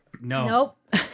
Nope